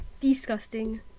Disgusting